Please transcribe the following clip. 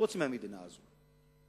חוץ מהמדינה הזאת.